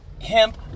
hemp